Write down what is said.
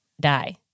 die